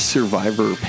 Survivor